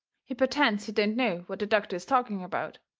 he pertends he don't know what the doctor is talking about.